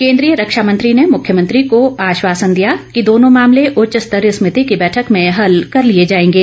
केन्द्रीय रक्षा मंत्री ने मुख्यमंत्री को आश्वासन दिया कि दोनों मामले उच्च स्तरीय समिति की बैठक में हल कर लिए जाएंगे